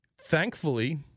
Thankfully